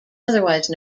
otherwise